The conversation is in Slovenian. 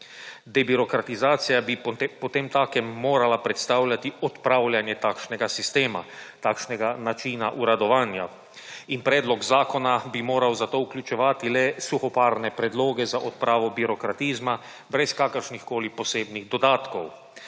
Debirokratizacija bi potemtakem morala predstavljati odpravljanje takšnega sistema, takšnega načina uradovanja in predlog zakona bi moral zato vključevati le suhoparne predloge za odpravo birokratizma brez kakršnihkoli posebnih dodatkov.